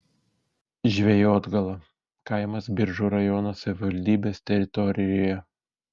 žvejotgala kaimas biržų rajono savivaldybės teritorijoje